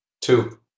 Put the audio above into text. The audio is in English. Two